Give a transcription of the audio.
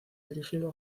dirigido